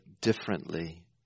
differently